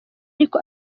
ariko